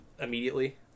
immediately